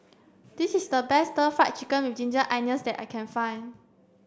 this is the best stir fry chicken with ginger onions that I can find